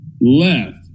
left